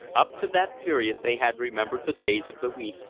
up to that period they had remembered the days of the week,